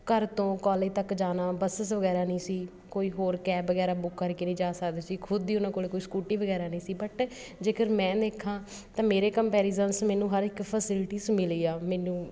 ਘਰ ਤੋਂ ਕੋਲੇਜ ਤੱਕ ਜਾਣਾ ਬੱਸਿਜ਼ ਵਗੈਰਾ ਨਹੀਂ ਸੀ ਕੋਈ ਹੋਰ ਕੈਬ ਵਗੈਰਾ ਬੁੱਕ ਕਰਕੇ ਨਹੀਂ ਜਾ ਸਕਦੇ ਸੀ ਖੁਦ ਦੀ ਉਹਨਾਂ ਕੋਲ ਕੋਈ ਸਕੂਟੀ ਵਗੈਰਾ ਨਹੀਂ ਸੀ ਬਟ ਜੇਕਰ ਮੈਂ ਦੇਖਾਂ ਤਾਂ ਮੇਰੇ ਕੰਪੈਰੀਜ਼ਨਜ਼ ਮੈਨੂੰ ਹਰ ਇੱਕ ਫੈਸਿਲਿਟੀਜ਼ ਮਿਲੀ ਆ ਮੈਨੂੰ